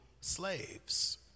slaves